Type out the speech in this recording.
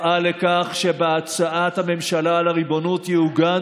אפעל לכך שבהצעת הממשלה על הריבונות יעוגן